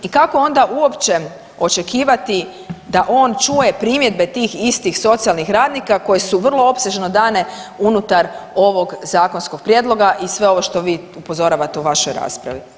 I kako onda uopće očekivati da on čuje primjedbe tih istih socijalnih radnika koje su vrlo opsežno dane unutar ovog zakonskog prijedloga i sve ovo što vi upozoravate u vašoj raspravi.